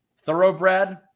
thoroughbred